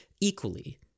equally